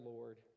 Lord